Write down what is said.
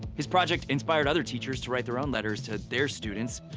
his project inspired other teachers to write their own letters to their students,